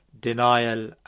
denial